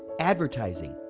advertising,